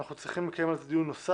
אנחנו צריכים לקיים על זה דיון נוסף